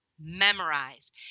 memorize